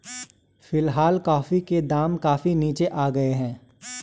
फिलहाल कॉफी के दाम काफी नीचे आ गए हैं